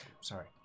Sorry